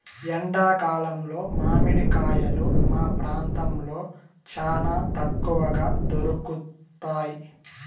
ఎండా కాలంలో మామిడి కాయలు మా ప్రాంతంలో చానా తక్కువగా దొరుకుతయ్